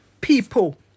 people